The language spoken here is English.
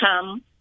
come